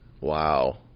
Wow